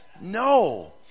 No